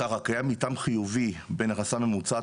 קיים מתאם חיובי בין הכנסה ממוצעת